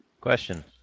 Question